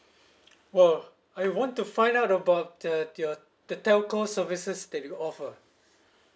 !whoa! I want to find out about the your the telco services that you offer